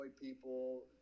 people